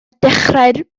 dechrau